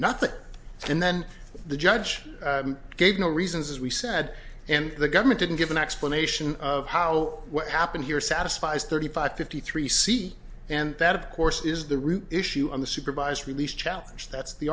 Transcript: nothing and then the judge gave no reasons as we said and the government didn't give an explanation of how what happened here satisfies thirty five fifty three c and that of course is the root issue on the supervised release challenge that's the